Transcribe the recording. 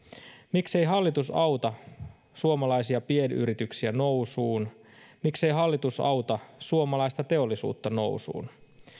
miksei hallitus auta suomalaisia pienyrityksiä nousuun miksei hallitus auta suomalaista teollisuutta nousuun